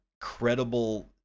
credible